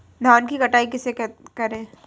धान की कटाई कैसे करें?